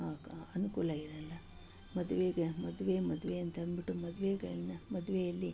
ಅನುಕೂಲ ಇರಲ್ಲ ಮದುವೆಗೆ ಮದುವೆ ಮದುವೆ ಅಂತ ಅಂದ್ಬಿಟ್ಟು ಮದ್ವೆಗಳನ್ನ ಮದುವೆಯಲ್ಲಿ